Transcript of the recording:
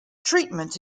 treatment